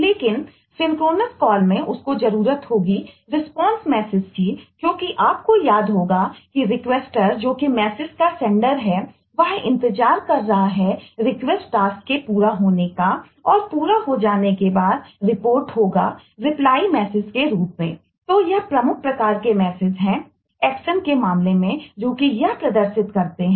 लेकिन सिंक्रोनस कॉलके मामले में जो कि यह प्रदर्शित करते हैं